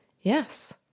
Yes